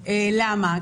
למה?